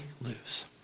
lose